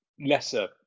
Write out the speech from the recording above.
lesser